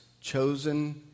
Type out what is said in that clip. chosen